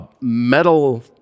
metal